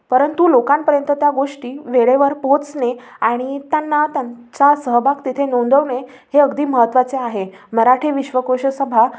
परंतु लोकांपर्यंत त्या गोष्टी वेळेवर पोचणे आणि त्यांना त्यांचा सहभाग तिथे नोंदवणे हे अगदी महत्त्वाचे आहे मराठी विश्वकोशसभा